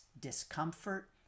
discomfort